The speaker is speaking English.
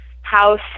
house